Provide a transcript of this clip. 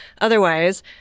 otherwise